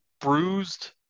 bruised